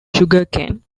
sugarcane